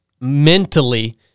mentally